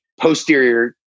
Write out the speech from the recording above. posterior